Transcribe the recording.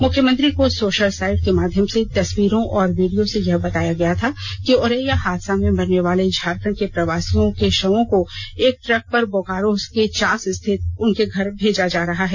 मुख्यमंत्री को social site के माध्यम से तस्वीरों और वीडियो से यह बताया गया था कि ओरैया हादसा में मरने वाले झारखंड के प्रवासियों के शवों को एक ट्रक पर बोकारो के चास स्थित उनके घर भेजा जा रहा है